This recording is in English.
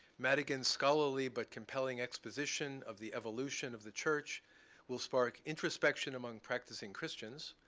madigan's scholarly but compelling exposition of the evolution of the church will spark introspection among practicing christians.